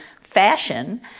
fashion